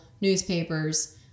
newspapers